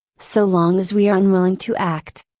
so long as we are unwilling to act.